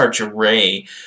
array